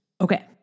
Okay